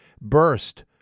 Burst